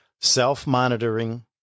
self-monitoring